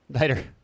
Later